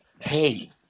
hey